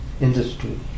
industry